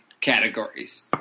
categories